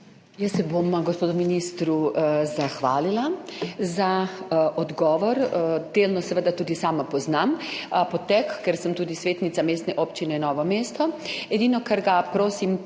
(PS NSi):** Gospodu ministru se bom zahvalila za odgovor. Delno seveda tudi sama poznam potek, ker sem tudi svetnica Mestne občine Novo mesto.